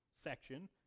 section